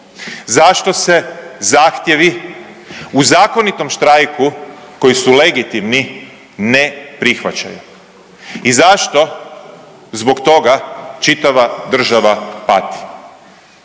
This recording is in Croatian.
zašto se zahtjevi u zakonitom štrajku koji su legitimni ne prihvaćaju i zašto zbog toga čitava država pati?